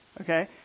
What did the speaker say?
okay